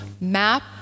map